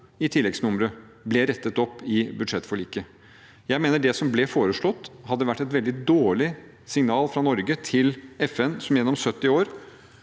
i tilleggsnummeret, ble rettet opp i budsjettforliket. Jeg mener det som ble foreslått, hadde vært et veldig dårlig signal fra Norge til FN, som gjennom 70 år,